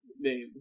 names